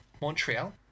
Montreal